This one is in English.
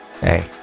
hey